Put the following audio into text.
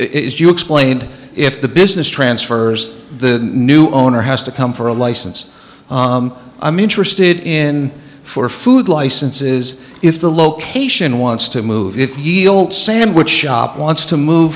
is you explained if the business transfers the new owner has to come for a license i'm interested in for food licenses if the location wants to move if he'll sandwich shop wants to move